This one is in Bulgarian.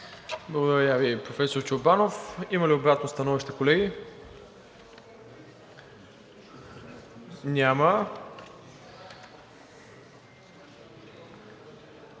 Благодаря Ви, професор Чорбанов. Има ли обратно становище, колеги? Няма.